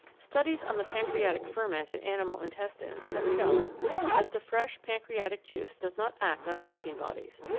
studies on the pancreatic ferment in animal intestines have shown that the fresh pancreatic juice does not act on protein bodies.